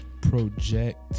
Project